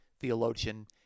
theologian